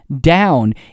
down